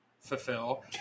fulfill